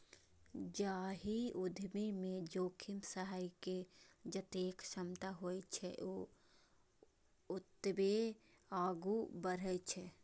जाहि उद्यमी मे जोखिम सहै के जतेक क्षमता होइ छै, ओ ओतबे आगू बढ़ै छै